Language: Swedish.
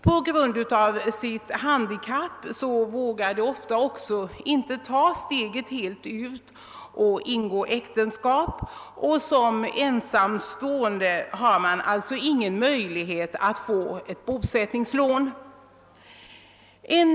På grund av sitt handikapp vågar de också ofta inte ta steget fullt ut och ingå äktenskap, och som ensamstående kan de inte få bosättningslån.